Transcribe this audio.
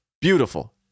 Beautiful